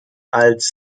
als